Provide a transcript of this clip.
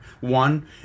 One